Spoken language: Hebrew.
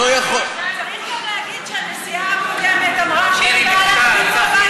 צריך גם להגיד שהנשיאה הקודמת אמרה שאין בעיה,